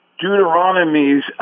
Deuteronomy's